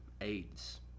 AIDS